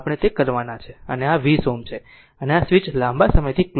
અને આ 20 Ω છે અને આ સ્વીચ લાંબા સમયથી ક્લોઝ હતો